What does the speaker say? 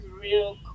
real